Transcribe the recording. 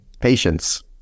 patience